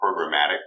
programmatic